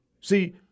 See